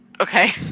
Okay